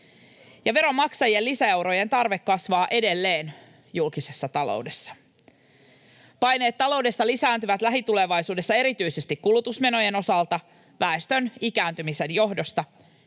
Veronmaksajien lisäeurojen tarve kasvaa edelleen julkisessa taloudessa. Paineet taloudessa lisääntyvät lähitulevaisuudessa erityisesti kulutusmenojen osalta väestön ikääntymisen johdosta.